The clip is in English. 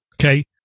Okay